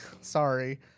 Sorry